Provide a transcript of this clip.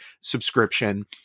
subscription